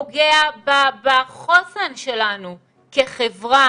פוגע בחוסן שלנו כחברה.